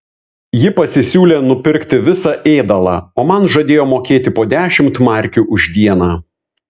ji pasisiūlė nupirkti visą ėdalą o man žadėjo mokėti po dešimt markių už dieną